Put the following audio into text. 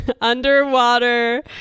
underwater